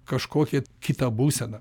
kažkokią kitą būseną